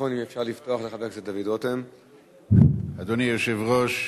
אדוני היושב-ראש,